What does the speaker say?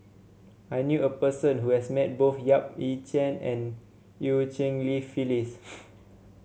I knew a person who has met both Yap Ee Chian and Eu Cheng Li Phyllis